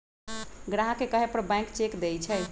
ग्राहक के कहे पर बैंक चेक देई छई